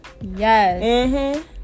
Yes